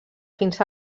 fins